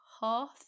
half